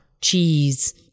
cheese